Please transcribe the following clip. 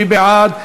מי בעד?